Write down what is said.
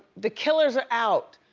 the killers are out.